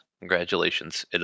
congratulations